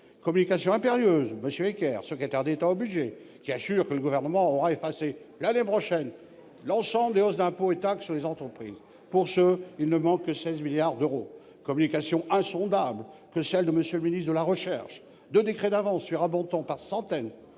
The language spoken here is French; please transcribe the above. communication de M. Eckert, secrétaire d'État au budget, qui « assure que le Gouvernement aura effacé l'année prochaine l'ensemble des hausses d'impôts et taxes sur les entreprises ». Pour ce faire, il ne manque que 16 milliards d'euros ! Insondable est la communication de M. le ministre de la recherche : deux décrets d'avance lui rabotent par centaines